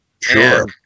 Sure